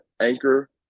anchor